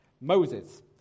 Moses